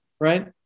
right